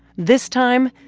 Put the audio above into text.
this time,